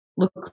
look